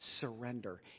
surrender